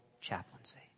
chaplaincy